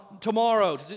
tomorrow